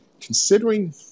considering